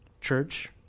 church